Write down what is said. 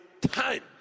time